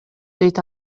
дейт